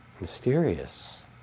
Mysterious